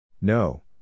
No